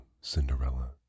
Cinderella